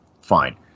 fine